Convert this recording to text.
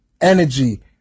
energy